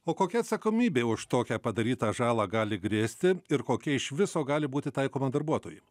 o kokia atsakomybė už tokią padarytą žalą gali grėsti ir kokia iš viso gali būti taikoma darbuotojui